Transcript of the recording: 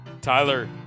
Tyler